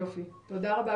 תודה רבה.